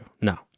No